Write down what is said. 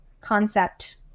concept